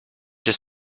been